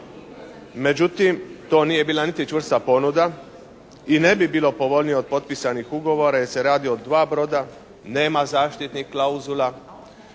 Međutim to nije bila niti čvrsta ponuda i ne bi bilo povoljnije od potpisanih ugovora, jer se radi o dva broda, nema zaštitnih klauzula,